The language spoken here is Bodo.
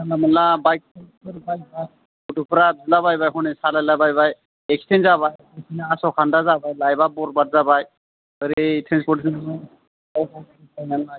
जानला मोनला बाइक सालायो गथ'फ्रा हनै बिलाबायबाय सालायलाबायबाय एक्सिडेन्ट जाबाय आस'खान्दा जाबाय लाइफा बरबाद जाबाय ओरै टेनसन हो नोङो